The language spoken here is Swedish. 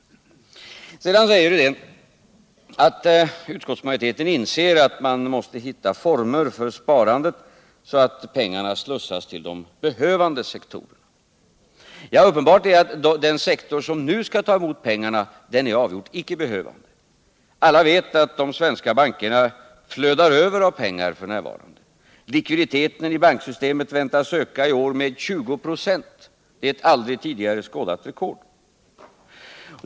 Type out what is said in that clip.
Vidare säger Rydén att utskottsmajoriteten inser att man måste finna former för sparandet, så att pengarna slussas till de behövande sektorerna. Det är uppenbart att den sektor som nu skall ta emot pengarna icke är den behövande. Alla vet att de svenska bankerna f. n. flödar över av pengar. Likviditeten i banksystemet väntas öka i år med 20 4 — eu aldrig tidigare skådat rekord.